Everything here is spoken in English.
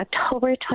October